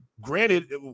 granted